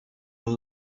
and